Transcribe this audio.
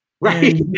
Right